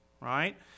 right